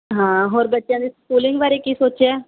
ਹਾਂ ਹੋਰ ਬੱਚਿਆਂ ਦੀ ਸਕੂਲਿੰਗ ਬਾਰੇ ਕੀ ਸੋਚਿਆ